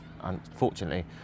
unfortunately